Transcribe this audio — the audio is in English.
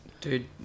Dude